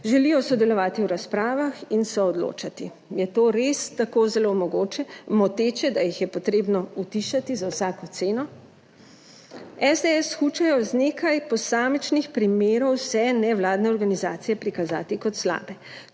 želijo sodelovati v razpravah in soodločati. Je to res tako zelo moteče, da jih je potrebno utišati za vsako ceno? V SDS hočejo, z nekaj posamičnih primerov, vse nevladne organizacije prikazati kot slabe.